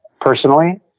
Personally